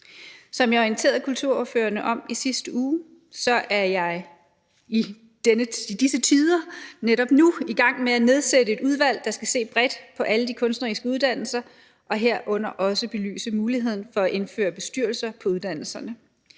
Som jeg orienterede kulturordførerne om i sidste uge, er jeg netop nu i gang med at nedsætte et udvalg, der skal se bredt på alle de kunstneriske uddannelser og herunder også belyse muligheden for at indføre bestyrelser på uddannelserne.